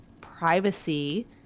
privacy